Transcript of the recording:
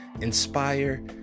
inspire